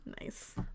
Nice